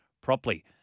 properly